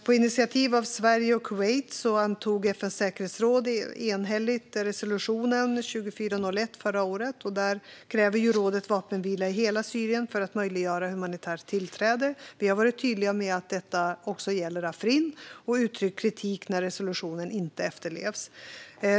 På initiativ av Sverige och Kuwait antog FN:s säkerhetsråd enhälligt resolutionen 2401 förra året. Där kräver rådet vapenvila i hela Syrien för att möjliggöra humanitärt tillträde. Vi har varit tydliga med att detta också gäller Afrin och uttryckt kritik när resolutionen inte efterlevs.